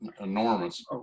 enormous